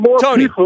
Tony